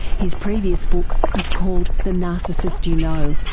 his previous book is called the narcissist you know.